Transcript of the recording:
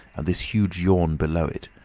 and this huge yawn below it.